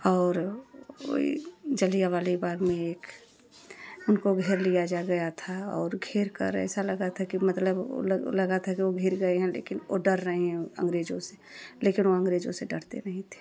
और ओई जालियावाला बाग में एक उनको घेर लिया जा गया था और घेर कर ऐसा लगा था कि मतलब ओ लगा था कि वह घिर गए हैं लेकिन वह डर रहे हैं अंग्रेजों से लेकिन वह अंग्रेजों से डरते नहीं थे